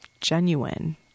genuine